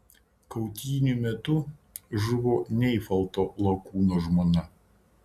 kautynių metu žuvo neifalto lakūno žmona